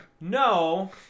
no